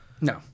No